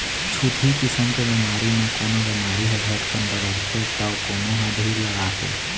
छुतही किसम के बेमारी म कोनो बेमारी ह झटकन बगरथे तौ कोनो ह धीर लगाके